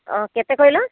କେତେ କହିଲ